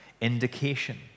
indication